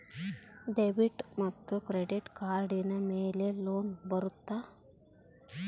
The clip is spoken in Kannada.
ಡೆಬಿಟ್ ಮತ್ತು ಕ್ರೆಡಿಟ್ ಕಾರ್ಡಿನ ಮೇಲೆ ಲೋನ್ ಬರುತ್ತಾ?